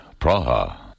Praha